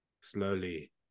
Slowly